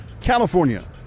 California